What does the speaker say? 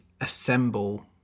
assemble